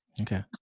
Okay